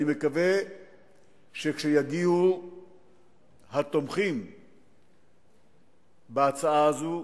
אני מקווה שכשיגיעו התומכים בהצעה הזאת,